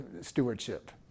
stewardship